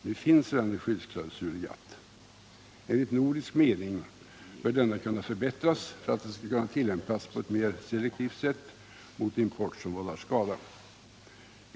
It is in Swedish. Nu finns redan en skyddsklausul i GATT. Enligt nordisk mening bör den kunna förbättras för att den skall kunna tillämpas på ett mera selektivt sätt mot import som vållar skada.